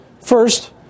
first